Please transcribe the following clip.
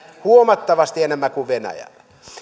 huomattavasti enemmän kuin venäjälle